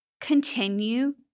continue